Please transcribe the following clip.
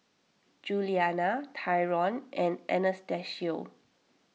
Juliana Tyron and Anastacio